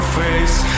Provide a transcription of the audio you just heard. face